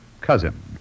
cousin